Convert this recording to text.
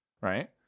right